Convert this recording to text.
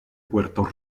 puerto